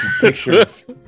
pictures